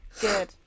good